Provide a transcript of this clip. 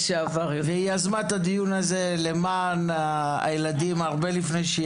והיא יזמה את הדיון הזה למען הילדים הרבה לפני שהיא